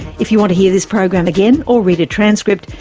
if you want to hear this program again, or read a transcript,